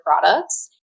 products